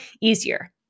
easier